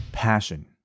passion